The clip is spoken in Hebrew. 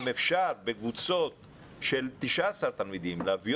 אם אפשר בקבוצות של 19 תלמידים להביא